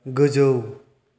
गोजौ